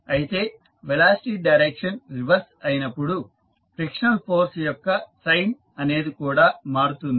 అయితే velocity direction reverse అయినపుడు frictional force యొక్క సైన్ అనేది కూడా మారుతుంది